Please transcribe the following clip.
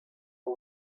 boy